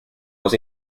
los